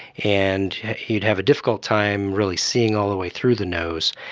and you'd have a difficult time really seeing all the way through the nose.